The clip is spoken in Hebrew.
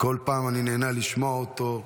כל פעם אני נהנה לשמוע אותו.